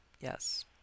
yes